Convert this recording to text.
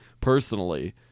personally